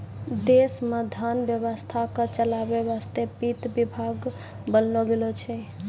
देश मे धन व्यवस्था के चलावै वासतै वित्त विभाग बनैलो गेलो छै